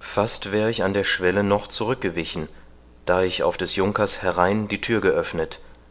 fast wär ich an der schwelle noch zurückgewichen da ich auf des junkers herein die thür geöffnet